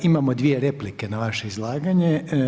Imamo dvije replike na vaše izlaganje.